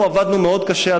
אנחנו עבדנו מאוד קשה,